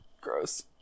Gross